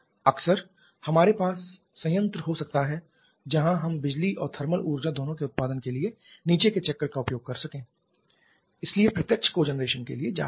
अक्सर हमारे पास संयंत्र हो सकता है जहां हम बिजली और थर्मल ऊर्जा दोनों के उत्पादन के लिए नीचे के चक्र का उपयोग कर सके इसलिए प्रत्यक्ष कोजेनरेशन के लिए जा रहे हैं